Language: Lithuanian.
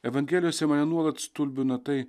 evangelijose mane nuolat stulbina tai